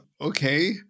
Okay